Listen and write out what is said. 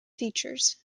features